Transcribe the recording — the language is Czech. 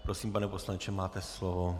Prosím, pane poslanče, máte slovo.